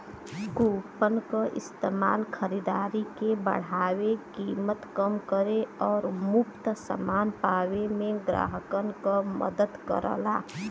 coupon क इस्तेमाल खरीदारी के बढ़ावे, कीमत कम करे आउर मुफ्त समान पावे में ग्राहकन क मदद करला